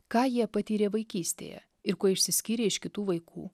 ką jie patyrė vaikystėje ir kuo išsiskyrė iš kitų vaikų